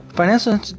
Financial